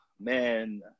Man